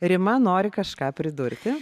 rima nori kažką pridurti